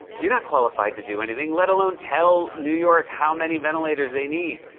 you're not qualified to do anything, let alone tell new york how many ventilators they need.